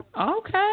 Okay